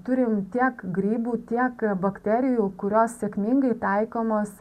turim tiek grybų tiek bakterijų kurios sėkmingai taikomos